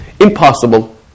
Impossible